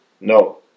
No